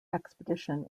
expedition